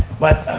but